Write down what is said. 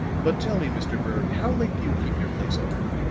but tell me, mr. berg, how late do you keep your place open?